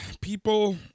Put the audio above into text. people